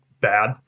bad